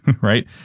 right